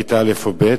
בכיתה א' וב',